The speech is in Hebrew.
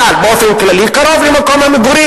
באופן כללי, בכלל, צריך, קרוב למקום המגורים.